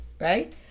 right